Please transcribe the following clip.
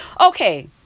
Okay